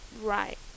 right